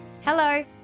Hello